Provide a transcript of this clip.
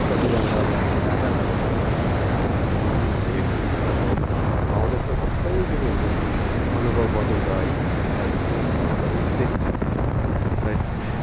कतिजना त हामी लाटा भएको जतिकै थियौँ केही नै नदेखेको जस्तो पाराले हौ त्यस्तो सबै कुराहरूको अनुभव बटुल्दा अहिले अहिले यसो सोच्दाखेरि चाहिँ हैट